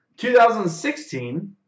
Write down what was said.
2016